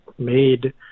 made